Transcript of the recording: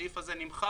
הסעיף הזה נמחק.